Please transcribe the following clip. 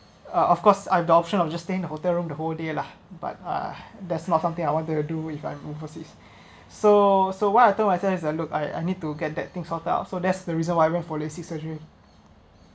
uh of course I have the option of just stay in the hotel room the whole day lah but uh that's not something I want to do if I'm overseas so so what do I think it's a look I I need to get that thing sorted out so that's the reason why looking for LASIK surgery